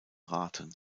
raten